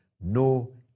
no